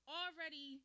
already